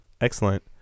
Excellent